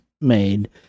made